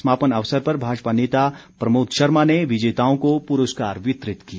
समापन अवसर पर भाजपा नेता प्रमोद शर्मा ने विजेताओं को पुरस्कार वितरित किए